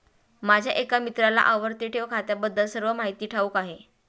माझ्या एका मित्राला आवर्ती ठेव खात्याबद्दल सर्व माहिती ठाऊक आहे